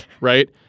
right